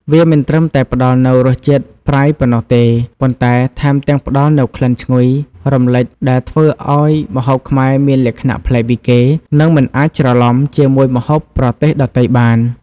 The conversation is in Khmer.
វាមិនត្រឹមតែផ្តល់នូវរសជាតិប្រៃប៉ុណ្ណោះទេ ប៉ុន្តែថែមទាំងផ្តល់នូវក្លិនឈ្ងុយរំលេចដែលធ្វើឱ្យម្ហូបខ្មែរមានលក្ខណៈប្លែកពីគេ និងមិនអាចច្រឡំជាមួយម្ហូបប្រទេសដទៃបាន។